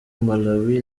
malawi